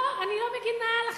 לא, אני לא מגינה על החילונים.